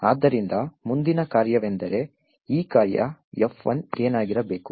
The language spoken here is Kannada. ಆದ್ದರಿಂದ ಮುಂದಿನ ಕಾರ್ಯವೆಂದರೆ ಈ ಕಾರ್ಯ F1 ಏನಾಗಿರಬೇಕು